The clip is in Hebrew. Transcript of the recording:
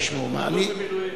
אלוף במילואים.